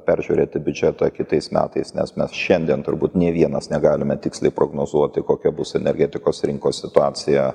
peržiūrėti biudžetą kitais metais nes mes šiandien turbūt nei vienas negalime tiksliai prognozuoti kokia bus energetikos rinkos situacija